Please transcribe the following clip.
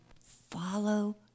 follow